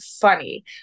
funny